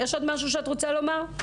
יש עוד משהו שאת רוצה לומר?